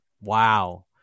Wow